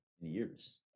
years